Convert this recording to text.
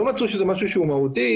לא מצאו שזה משהו שהוא מהותי,